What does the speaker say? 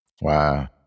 Wow